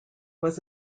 was